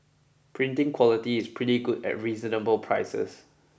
printing quality is pretty good at reasonable prices